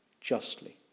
justly